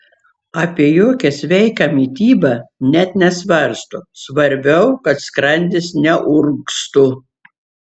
apie jokią sveiką mitybą net nesvarsto svarbiau kad skrandis neurgztų